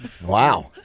wow